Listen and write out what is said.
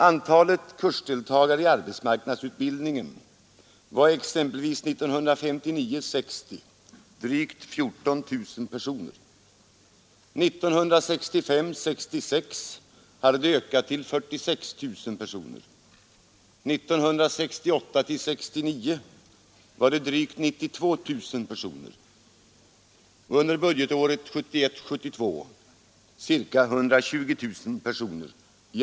Antalet kursdeltagare i arbetsmarknadsutbildningen var exempelvis 1959 66 hade antalet ökat till nära 46 000 personer. 1968 72 ca 120 000 personer.